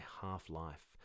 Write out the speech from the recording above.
half-life